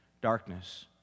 Darkness